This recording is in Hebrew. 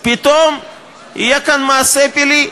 פתאום יהיה כאן מעשה פלאי,